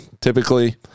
Typically